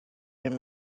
been